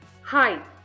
Hi